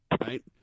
right